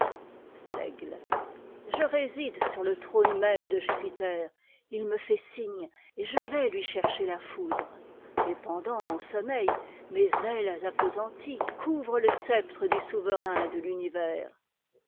l'aigle je réside sur le trône même de jupiter il me fait signe et je vais lui chercher la m foudre et pendant mon sommeil mes ailes appesanties couvrent le sceptre du souverain de l'univers